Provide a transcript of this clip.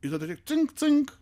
ir tada tik cink cink